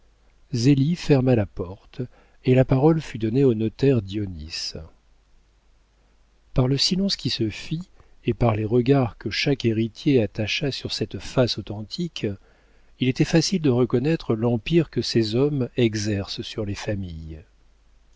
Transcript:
ferma la porte et la parole fut donnée au notaire dionis par le silence qui se fit et par les regards que chaque héritier attacha sur cette face authentique il était facile de reconnaître l'empire que ces hommes exercent sur les familles